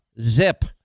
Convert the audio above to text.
Zip